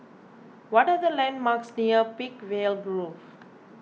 what are the landmarks near Peakville Grove